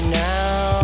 now